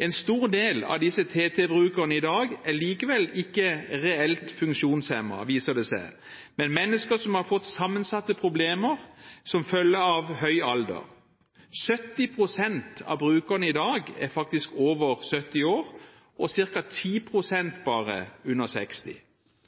En stor del av disse TT-brukerne i dag er likevel ikke reelt funksjonshemmede, viser det seg, men mennesker som har fått sammensatte problemer som følge av høy alder. 70 pst. av brukerne i dag er faktisk over 70 år, og bare ca. 10 pst. under 60.